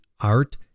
art